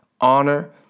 honor